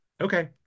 okay